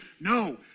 No